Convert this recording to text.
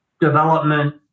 development